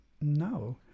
No